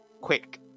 quick